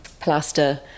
plaster